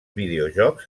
videojocs